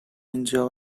اینجا